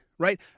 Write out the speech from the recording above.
Right